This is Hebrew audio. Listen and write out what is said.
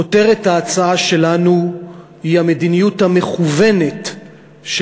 כותרת ההצעה שלנו היא: המדיניות המכוונת של